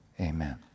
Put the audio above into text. Amen